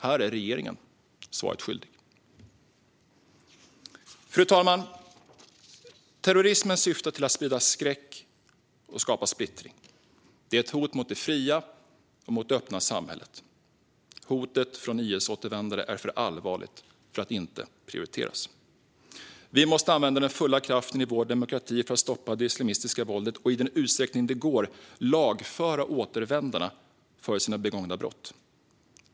Här är regeringen svaret skyldig. Fru talman! Terrorismen syftar till att sprida skräck och skapa splittring. Den är ett hot mot det fria och öppna samhället. Hotet från IS-återvändare är för allvarligt för att inte prioriteras. Vi måste använda den fulla kraften i vår demokrati för att stoppa det islamistiska våldet och, i den utsträckning det går, lagföra återvändarna för deras begångna brott.